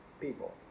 people